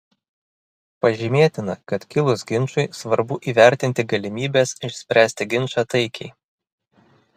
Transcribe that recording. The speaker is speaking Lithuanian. pažymėtina kad kilus ginčui svarbu įvertinti galimybes išspręsti ginčą taikiai